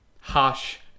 Hush